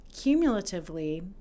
cumulatively